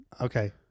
Okay